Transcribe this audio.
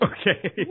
okay